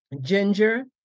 ginger